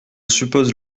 suppose